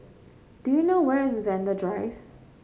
do you know where is Vanda Drive